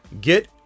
get